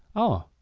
oh.